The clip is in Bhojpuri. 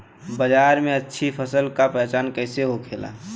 बाजार में अच्छी फसल का पहचान कैसे होखेला?